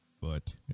Foot